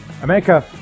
America